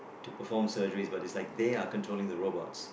to perform surgeries but is like they are controlling to robots